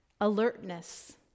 Alertness